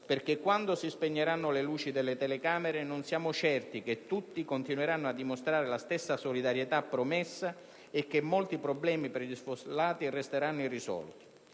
Quando si spegneranno le luci delle telecamere, infatti, non siamo certi che tutti continueranno a dimostrare la stessa solidarietà promessa e che molti problemi per gli sfollati non resteranno irrisolti.